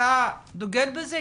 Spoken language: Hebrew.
אתה דוגל בזה?